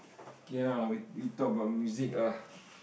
okay lah we we talk about music lah